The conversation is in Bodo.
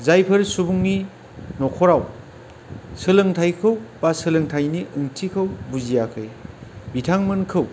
जायफोर सुबुंनि न'खराव सोलोंथाइखौ बा सोलोंथाइनि ओंथिखौ बुजियाखै बिथांमोनखौ